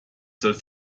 soll